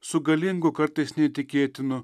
su galingu kartais neįtikėtinu